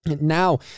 Now